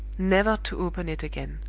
never to open it again.